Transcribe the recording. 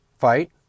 fight